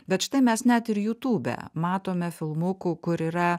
bet štai mes net ir jutube matome filmukų kur yra